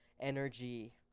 energy